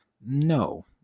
no